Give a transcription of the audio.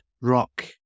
rock